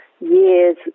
years